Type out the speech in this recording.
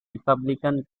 republican